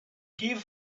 give